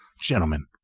Gentlemen